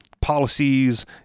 policies